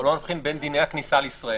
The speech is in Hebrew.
לא נבחין בין דיני הכניסה לישראל,